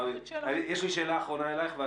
יש לי שאלה אחרונה אלייך,